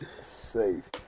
safe